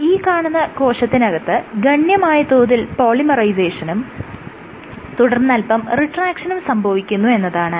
അതിനർത്ഥം ഈ കാണുന്ന കോശത്തിനകത്ത് ഗണ്യമായ തോതിൽ പോളിമേറൈസസേഷനും തുടർന്നല്പം റിട്രാക്ഷനും സംഭവിക്കുന്നു എന്നതാണ്